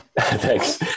Thanks